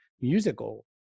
musical